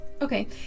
Okay